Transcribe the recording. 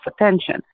attention